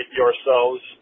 yourselves